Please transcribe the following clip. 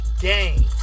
game